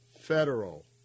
federal